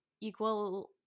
equal